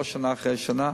לא שנה אחרי שנה,